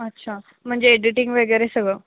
अच्छा म्हणजे एडिटिंग वगैरे सगळं